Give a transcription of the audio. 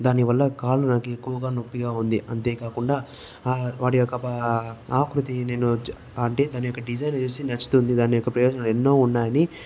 దానివల్ల కాలు నాకు ఎక్కువగా నొప్పిగా ఉంది అంతేకాకుండా వాటి యొక్క ఆకృతి నేను అంటే దాని యొక్క డిజైన్ చూసి నచ్చుతుంది దాని యొక్క ప్రయోజనాలు ఎన్నో ఉన్నాయి అని